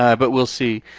yeah but we'll see.